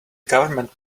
government